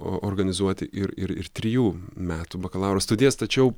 o organizuoti ir ir ir trijų metų bakalauro studijas tačiau